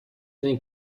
eine